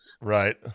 Right